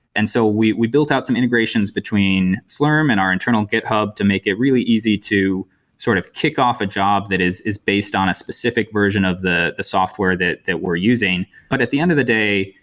and so we we built out some integrations between slurm and our internal github to make it really easy to sort of kickoff a job that is is based on a specific version of the the software that that we're using. but at the end of the day,